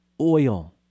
oil